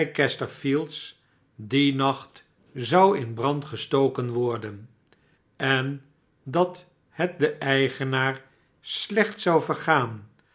leicester fields dien nacht zou in brand gestoken worden en dat het den eigenaar slecht zou vergaan